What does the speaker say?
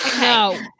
No